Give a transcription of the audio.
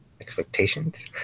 expectations